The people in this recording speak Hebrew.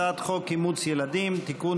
הצעת חוק אימוץ ילדים (תיקון,